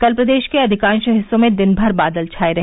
कल प्रदेश के अधिकांश हिस्सों में दिन भर बादल छाए रहे